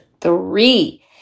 three